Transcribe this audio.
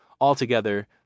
Altogether